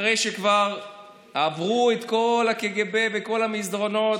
אחרי שכבר עברו את כל הקג"ב וכל המסדרונות,